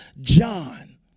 John